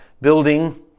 building